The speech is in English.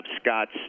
Scott's